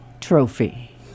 trophy